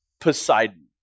Poseidon